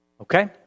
Okay